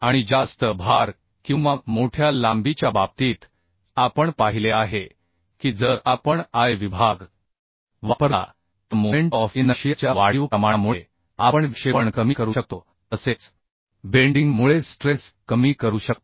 आणि जास्त भार किंवा मोठ्या लांबीच्या बाबतीत आपण पाहिले आहे की जर आपण I विभाग वापरला तर मोमेंट ऑफ इनर्शियाच्या वाढीव प्रमाणामुळे आपण विक्षेपण कमी करू शकतो तसेच बेंडिंग मुळे स्ट्रेस कमी करू शकतो